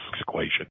equation